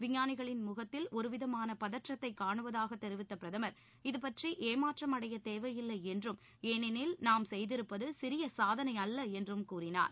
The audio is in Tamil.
விஞ்ஞானிகளின் முகத்தில் ஒருவிதமான பதற்றத்தை காணுவதாக தெரிவித்த பிரதமர் இதுபற்றி ஏமாற்றம் அடைய தேவையில்லை என்றும் ஏனெனில் நாம் செய்திருப்பது சிறிய சாதனையல்ல என்றும் கூறினார்